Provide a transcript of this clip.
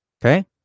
Okay